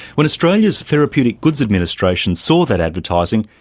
when australia's therapeutic goods administration saw that advertising,